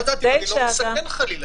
אני רוצה לדעת אם אני לא מסכן חלילה.